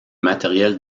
matériel